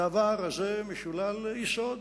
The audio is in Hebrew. הדבר הזה משולל יסוד.